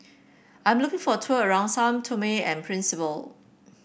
I'm looking for a tour around Sao Tome and Principe